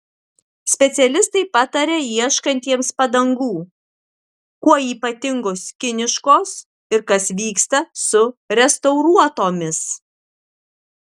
specialistai pataria ieškantiems padangų kuo ypatingos kiniškos ir kas vyksta su restauruotomis